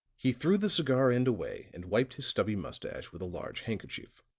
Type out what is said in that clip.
he threw the cigar end away and wiped his stubby moustache with a large handkerchief.